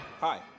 Hi